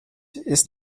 ist